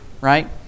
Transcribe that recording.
Right